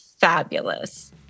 fabulous